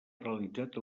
realitzat